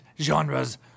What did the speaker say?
genres